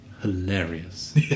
Hilarious